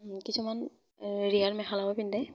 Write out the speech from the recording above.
কিছুমান ৰিহাৰ মেখেলাও পিন্ধে